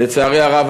לצערי הרב,